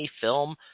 film